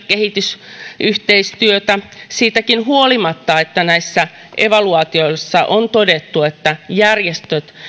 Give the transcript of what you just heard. kehitysyhteistyötä siitäkin huolimatta että näissä evaluaatioissa on todettu että järjestöt